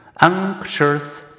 anxious